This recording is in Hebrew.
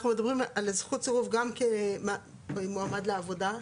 אנחנו מדברים על זכות הסירוב גם כמועמד לעבודה,